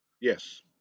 Yes